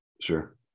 Sure